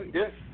yes